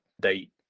date